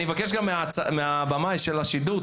אני מבקש גם מהבמאי של השידור.